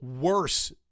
worse